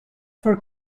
for